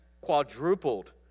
quadrupled